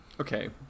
Okay